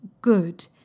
good